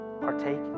partake